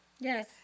yes